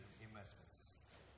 investments